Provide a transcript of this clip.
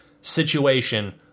situation